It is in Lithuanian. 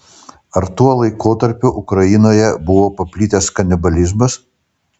ar tuo laikotarpiu ukrainoje buvo paplitęs kanibalizmas